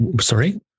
Sorry